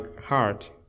heart